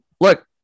Look